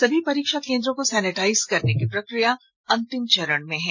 समी परीक्षा केंद्रों को सैनिटाइज करने की प्रक्रिया अंतिम चरण में है